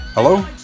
Hello